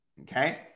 Okay